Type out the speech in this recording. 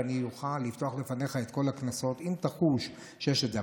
ואני אוכל לפתוח בפניך את כל הקנסות אם תחוש שיש את זה.